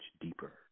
deeper